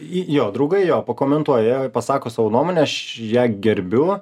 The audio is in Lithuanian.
jo draugai jo pakomentuojajie pasako savo nuomonę aš ją gerbiu